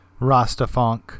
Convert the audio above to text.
Rastafunk